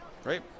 Great